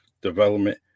development